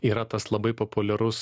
yra tas labai populiarus